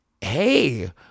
hey